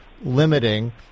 limiting